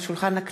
צווים מינהליים.